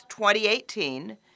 2018